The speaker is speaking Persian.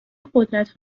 قدرت